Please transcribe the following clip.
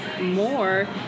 more